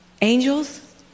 angels